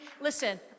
listen